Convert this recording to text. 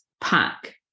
pack